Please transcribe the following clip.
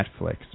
Netflix